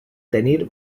tenir